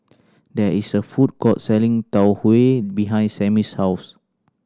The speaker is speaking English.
there is a food court selling Tau Huay behind Sammy's house